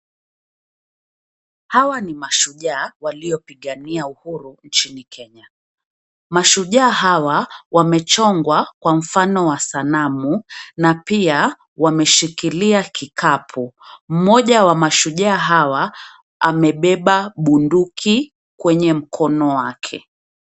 Hawa ni mashujaa waliopigania uhuru inchini Kenya. Mashujaa Hawa wamechongwa kwa mfano wa sanamu na pia wameashikilia kikapu. Mmoja wa maahujaa hawa amebeba bunduki kwenye mkono wake.